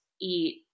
eat